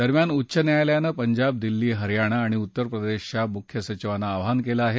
दरम्यान उच्च न्यायालयानं पंजाब दिल्ली हरयाणा आणि उत्तरप्रदेशाच्या मुख्य सचिवांना आवाहन केलं आहे